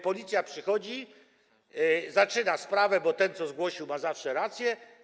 Policja przychodzi, zaczyna sprawę, bo ten, co zgłosił, ma zawsze rację.